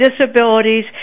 Disabilities